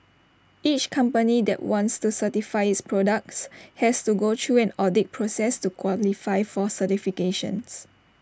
each company that wants to certify its products has to go through an audit process to qualify for certification